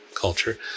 culture